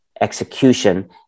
execution